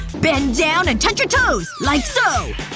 bend down and touch your toes. like so.